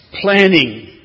planning